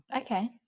okay